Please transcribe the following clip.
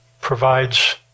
provides